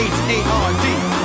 H-A-R-D